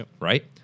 right